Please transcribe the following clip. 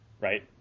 Right